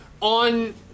on